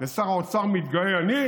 ושר האוצר מתגאה: אני